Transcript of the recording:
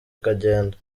ukagenda